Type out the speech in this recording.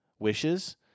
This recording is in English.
wishes